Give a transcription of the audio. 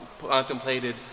contemplated